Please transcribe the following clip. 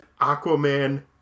Aquaman